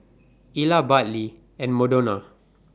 Ila Bartley and Madonna